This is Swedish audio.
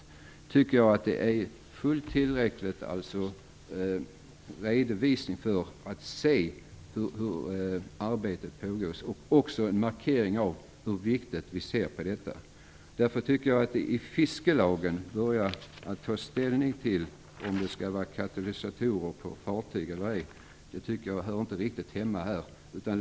Jag tycker att denna redovisning är fullt tillräcklig för att man skall se hur arbetet fortgår. Det är också en markering av hur viktigt vi tycker att detta är. Därför tycker jag inte riktigt att ett ställningstagande till om det skall vara katalysatorer på fartyg eller ej hör hemma i fiskelagen.